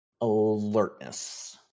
Alertness